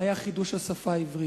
היה חידוש השפה העברית.